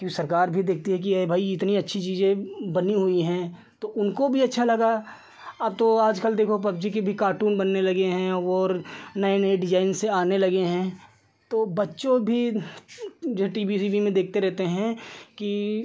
क्यों सरकार भी देखती है कि अरे भई इतनी अच्छी चीज़ें बनी हुई हैं तो उनको भी अच्छा लगा अब तो आजकल देखो पबजी के भी कार्टून बनने लगे हैं और नए नए डिज़ाइन से आने लगे हैं तो बच्चों भी जो टी वी सीवी में देखते रहते हैं कि